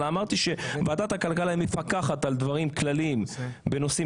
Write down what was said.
ואמרתי שוועדת הכלכלה מפקחת על דברים כלליים בנושאים